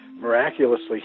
miraculously